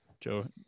Joe